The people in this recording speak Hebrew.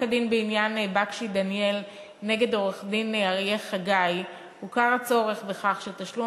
בפסק-הדין בתיק בכשי דניאל נגד עו"ד אריה חגי הוכר הצורך בכך שתשלום